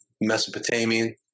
Mesopotamian